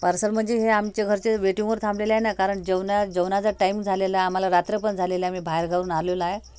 parcel म्हणजे हे आमच्या घरचे वेटिंगवर थांबलेले आहे ना कारण जेवणा जेवणाचा टाईम झालेला आम्हाला रात्र पण झालेला आहे आम्ही बाहेर गाववरून आलेलो आहे